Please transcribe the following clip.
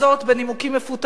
בנימוקים מפותלים,